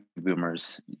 boomers